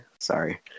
Sorry